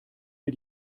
mir